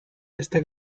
está